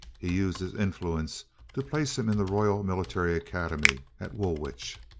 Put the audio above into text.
he used his influence to place him in the royal military academy, at woolwich.